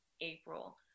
April